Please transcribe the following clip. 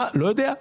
לא יודע.